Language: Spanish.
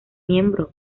miembro